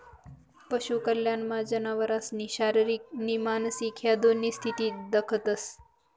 पशु कल्याणमा जनावरसनी शारीरिक नी मानसिक ह्या दोन्ही स्थिती दखतंस